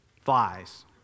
flies